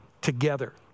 together